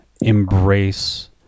embrace